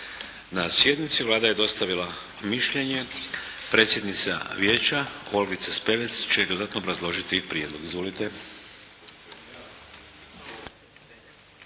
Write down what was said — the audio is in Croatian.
na sjednici. Vlada je dostavila mišljenje. Predsjednica Vijeća Olgica Spevec će dodatno obrazložiti prijedlog. Izvolite.